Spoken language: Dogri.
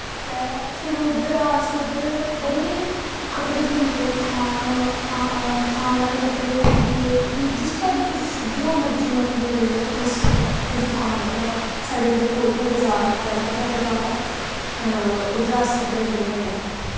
ते फिर उद्धरा दा अस बड़े कपड़े थ्होंदा थान आह्ले कपड़े थ्होंदे जिस टाईप दे जो मर्जी मैटिरियल लेई लैओ उस दकान उप्परा दा साढ़ा कोल गै बज़ार ऐ बड़ा बड्डा बज़ार ऐ उद्धरा दा अस कपड़े लैन्ने होन्ने